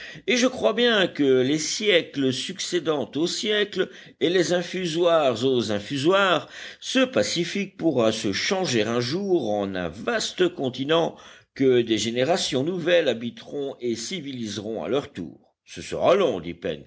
et je crois bien que les siècles succédant aux siècles et les infusoires aux infusoires ce pacifique pourra se changer un jour en un vaste continent que des générations nouvelles habiteront et civiliseront à leur tour ce sera long